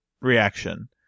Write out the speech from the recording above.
reaction